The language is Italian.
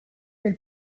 del